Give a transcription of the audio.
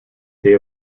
day